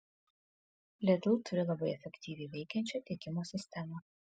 lidl turi labai efektyviai veikiančią tiekimo sistemą